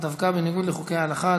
דווקא בניגוד לחוקי ההלכה,